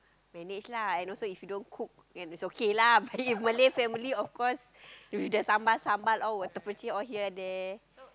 manage lah and also if you don't cook then it's okay lah but in Malay family of course with the sambal sambal all will terpercik here and there